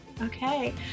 okay